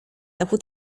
dachu